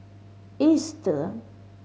Easter